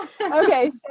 Okay